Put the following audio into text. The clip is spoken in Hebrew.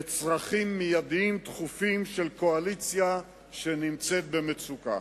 לצרכים מיידיים דחופים של קואליציה שנמצאת במצוקה.